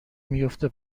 میفته